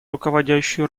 руководящую